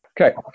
Okay